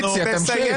תמשיך...